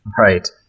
Right